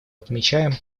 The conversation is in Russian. отмечаем